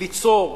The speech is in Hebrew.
ליצור,